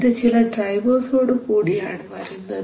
ഇത് ചില ഡ്രൈവേഴ്സ് ഓടുകൂടിയാണ് വരുന്നത്